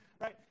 Right